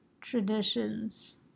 traditions